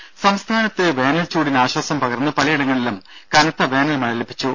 ദേദ സംസ്ഥാനത്ത് വേനൽച്ചൂടിന് ആശ്വാസം പകർന്ന് പലയിടങ്ങളിലും കനത്ത വേനൽമഴ ലഭിച്ചു